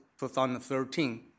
2013